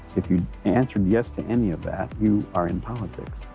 if you answered yes to any of that, you are in politics.